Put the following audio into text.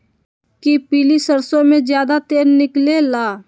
कि पीली सरसों से ज्यादा तेल निकले ला?